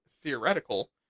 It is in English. theoretical